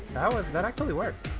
that actually worked.